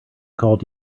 called